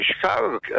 Chicago